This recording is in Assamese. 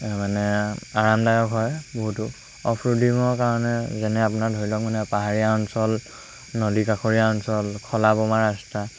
মানে আৰামদায়ক হয় বহুতো অফ ৰ'ডিঙৰ কাৰণে যেনে আপোনাৰ ধৰি লওক মানে পাহাৰীয়া অঞ্চল নদী কাষৰীয়া অঞ্চল খলা বমা ৰাস্তা